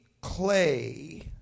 clay